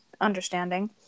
understanding